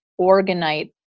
Organite